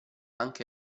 anche